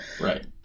right